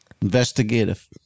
Investigative